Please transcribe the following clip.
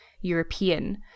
European